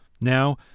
Now